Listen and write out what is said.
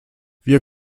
wir